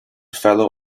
fellow